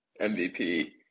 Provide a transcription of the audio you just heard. MVP